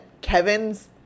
Kevin's